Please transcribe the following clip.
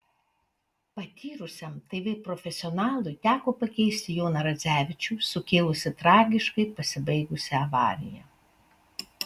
patyrusiam tv profesionalui teko pakeisti joną radzevičių sukėlusį tragiškai pasibaigusią avariją